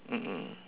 mm mm